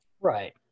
Right